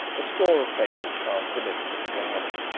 a score of paces past the limit of the garden.